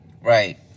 Right